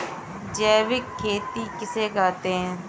जैविक खेती किसे कहते हैं?